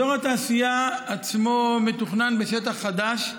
אזור התעשייה עצמו מתוכנן בשטח חדש,